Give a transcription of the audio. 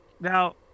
Now